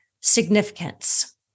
significance